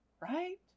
Right